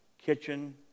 kitchen